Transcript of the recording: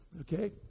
Okay